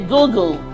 Google